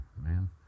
man